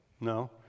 No